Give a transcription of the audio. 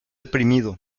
deprimido